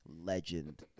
Legend